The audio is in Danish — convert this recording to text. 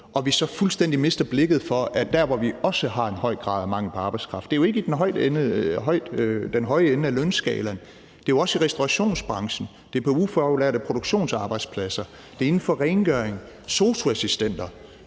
og vi så fuldstændig mister blikket for, at dér, hvor vi også i høj grad har en mangel på arbejdskraft, jo ikke er i den høje ende af lønskalaen. Det er jo også i restaurationsbranchen, på ufaglærte produktionsarbejdspladser, inden for rengøring, og der er